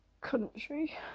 country